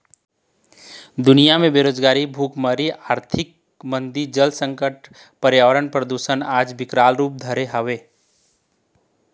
दुनिया म बेरोजगारी, भुखमरी, आरथिक मंदी, जल संकट, परयावरन परदूसन आज बिकराल रुप धरे हवय